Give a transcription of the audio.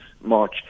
March